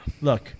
Look